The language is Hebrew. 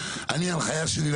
ואני אומר לך את זה מניסיון אישי.